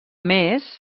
més